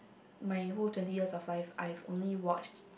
my whole twenty years of life I've only watched